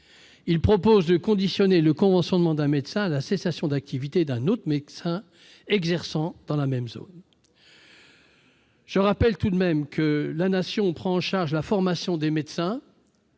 proposons de conditionner le conventionnement d'un médecin à la cessation d'activité d'un autre médecin exerçant dans la même zone. Je rappelle tout de même que la Nation prend en charge la formation des médecins,